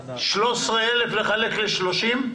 13,000 לחלק ל-30,